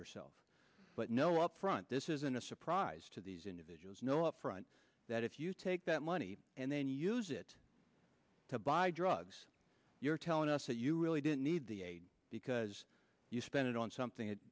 yourself but no upfront this isn't a surprise to these individuals know upfront that if you take that money and then use it to buy drugs you're telling us that you really didn't need the aid because you spent it on something that